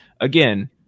again